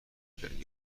کرد